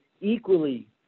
equally